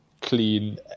clean